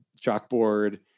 chalkboard